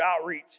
outreach